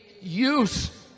use